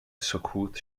سکوت